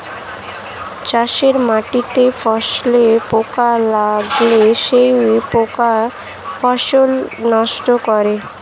চাষের মাটিতে ফসলে পোকা লাগলে সেই পোকা ফসল নষ্ট করে